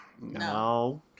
No